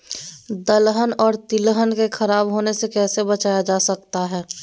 दलहन और तिलहन को खराब होने से कैसे बचाया जा सकता है?